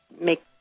make